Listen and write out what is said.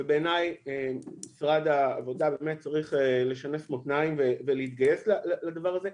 ובעיניי משרד העבודה באמת צריך לשנס מותניים ולהתגייס לדבר הזה,